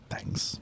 Thanks